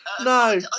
No